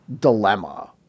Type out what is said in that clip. dilemma